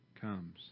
comes